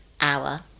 hour